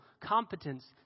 competence